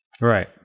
Right